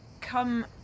come